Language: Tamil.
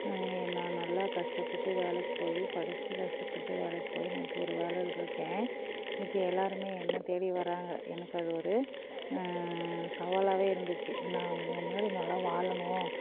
நான் நல்லா கஷ்டப்பட்டு வேலைக்கு போய் படித்து கஷ்டப்பட்டு வேலைக்கு போய் நான் இப்போது ஒரு வேலையிலருக்கேன் இப்போ எல்லோருமே என்னை தேடி வர்றாங்க எனக்கு அது ஒரு சவாலாகவே இருந்துச்சு நான் இவங்க முன்னாடி நல்லா வாழணும்